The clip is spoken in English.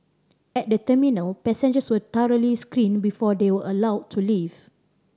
at the terminal passengers were thoroughly screened before they were allowed to leave